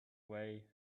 way